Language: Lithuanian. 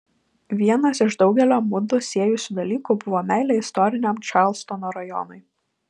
vienas iš daugelio mudu siejusių dalykų buvo meilė istoriniam čarlstono rajonui